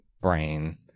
brain